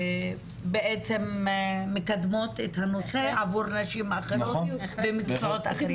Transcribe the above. בעצם מקדמות את הנושא עבור נשים אחרות במקצועות אחרים.